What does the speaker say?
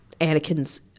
Anakin's